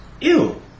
Ew